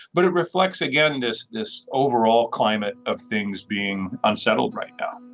but it reflects again this this overall climate of things being unsettled right now